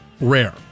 rare